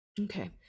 Okay